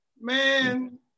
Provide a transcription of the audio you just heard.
Man